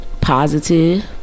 positive